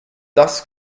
das